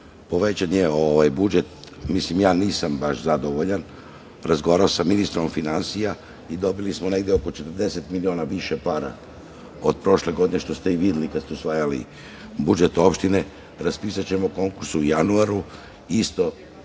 povećan je budžet. Ja nisam baš zadovoljan. Razgovarao sam sa ministrom finansija i dobili smo oko 40 miliona više para od prošle godine, što ste i vi videli kada se usvajali budžet opštine. Raspisaćemo konkurs u januaru isto